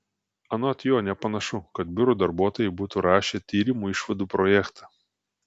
anot jo nepanašu kad biuro darbuotojai būtų rašę tyrimo išvadų projektą